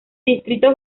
distrito